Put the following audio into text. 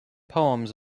poems